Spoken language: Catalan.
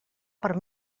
per